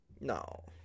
No